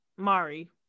Mari